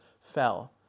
fell